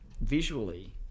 visually